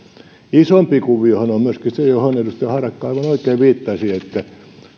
isompi kuviohan on myöskin se johon edustaja harakka aivan oikein viittasi että